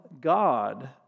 God